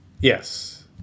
Yes